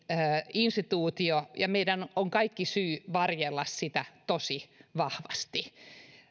instituutio ja meillä on kaikki syy varjella sitä tosi vahvasti minäkin